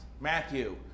matthew